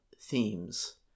themes